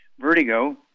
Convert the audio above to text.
Vertigo